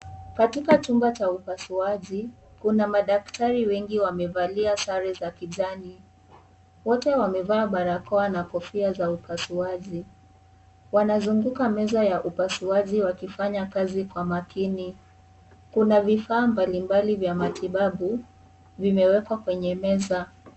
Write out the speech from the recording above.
Katika chumba cha upasuaji kuna madaktari wengi wamevalia sare za kijani. Wote wamevaa barakoa na kofia za upasuaji. Wanazunguka meza ya upasuaji wakifanya kazi kwa makini. Kuna vifaa mbalimbali vya matibabu vimewekwa kwenye meza.